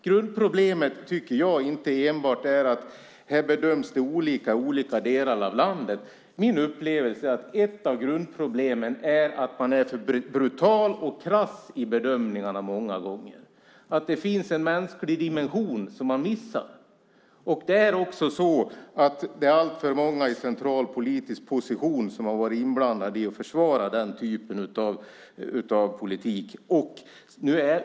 Grundproblemet är inte enbart att det bedöms olika i olika delar av landet. Min upplevelse är att ett av grundproblemen är att man är för brutal och krass i bedömningarna många gånger. Det finns en mänsklig dimension som man missar. Det är alltför många i central politisk position som har varit inblandade i att försvara den typen av politik.